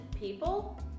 people